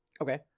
Okay